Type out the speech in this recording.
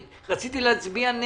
לכן אני מבקש לשמוע,